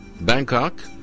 Bangkok